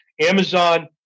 Amazon